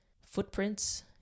footprints